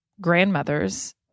grandmothers